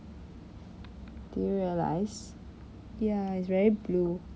do you realise ya it's very blue